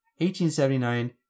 1879